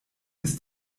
ist